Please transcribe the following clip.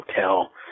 hotel